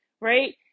right